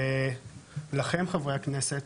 לכם חברי הכנסת,